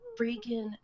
freaking